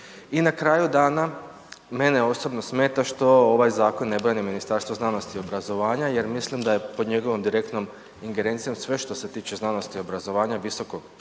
I na kraju dana, mene osobno smeta što ovaj zakon ne brani Ministarstvo znanosti i obrazovanja jer mislim da je pod njegovom direktnom ingerencijom sve što se tiče znanosti i obrazovanja